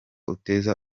uteza